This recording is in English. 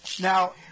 Now